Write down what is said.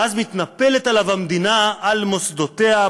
ואז מתנפלת עליו המדינה על מוסדותיה,